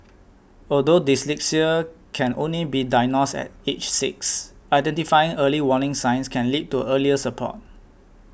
although dyslexia can only be diagnosed at age six identifying early warning signs can lead to earlier support